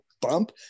bump